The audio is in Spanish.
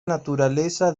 naturaleza